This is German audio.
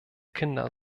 kinder